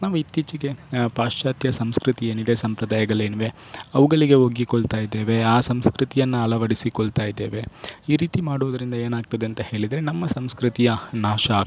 ನಾವು ಇತ್ತೀಚಿಗೆ ಪಾಶ್ಚಾತ್ಯ ಸಂಸ್ಕೃತಿ ಏನಿದೆ ಸಂಪ್ರದಾಯಗಳೇನಿವೆ ಅವುಗಳಿಗೆ ಒಗ್ಗಿಕೊಳ್ತಾಯಿದ್ದೇವೆ ಆ ಸಂಸ್ಕೃತಿಯನ್ನು ಅಳವಡಿಸಿಕೊಳ್ತಾಯಿದ್ದೇವೆ ಈ ರೀತಿ ಮಾಡುವುದರಿಂದ ಏನಾಗ್ತದೆ ಅಂತ ಹೇಳಿದ್ರೆ ನಮ್ಮ ಸಂಸ್ಕೃತಿಯ ನಾಶ ಆಗ್ತದೆ